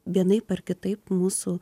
vienaip ar kitaip mūsų